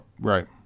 Right